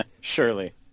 Surely